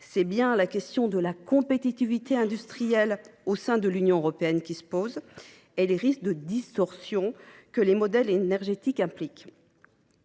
c’est bien la compétitivité industrielle au sein de l’Union européenne. Ce sont aussi les risques de distorsions que les modèles énergétiques impliquent.